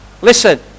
Listen